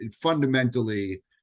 fundamentally